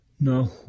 No